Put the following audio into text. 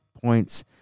points